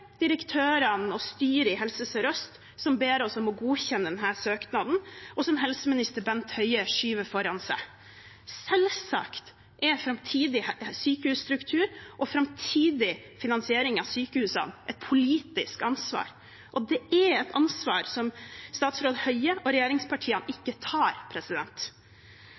direktørene og styret i Helse Sør-Øst, som ber oss om å godkjenne denne søknaden, og som helseminister Bent Høie skyver foran seg. Selvsagt er framtidig sykehusstruktur og framtidig finansiering av sykehusene et politisk ansvar, og det er et ansvar som statsråd Høie og regjeringspartiene ikke tar.